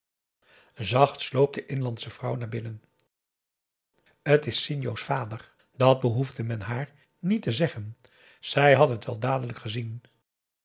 zacht sloop de inlandsche vrouw naar binnen t is sinjo's vader dat behoefde men haar niet te zeggen zij had het wel dadelijk gezien